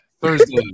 Thursday